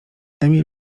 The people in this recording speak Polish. emil